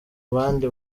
abandi